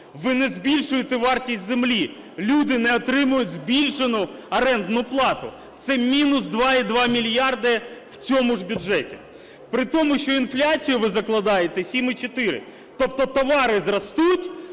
ви не збільшуєте вартість землі, люди не отримують збільшену орендну плату, це мінус 2,2 мільярда в цьому ж бюджеті. При тому, що інфляцію ви закладаєте 7,4. Тобто товари зростуть,